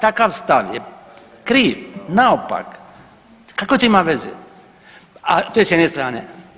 Takav stav je kriv, naopak, kakve to ima veze, a to je s jedne strane.